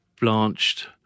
blanched